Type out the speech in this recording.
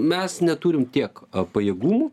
mes neturim tiek pajėgų